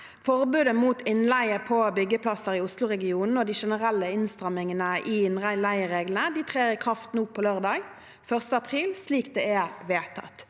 Forbudet mot innleie på byggeplasser i Oslo-regionen og de generelle innstrammingene i innleiereglene trer i kraft nå på lørdag, 1. april, slik det er vedtatt.